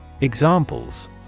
Examples